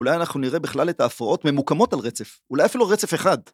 ‫אולי אנחנו נראה בכלל ‫את ההפרעות ממוקמות על רצף. ‫אולי אפילו על רצף אחד.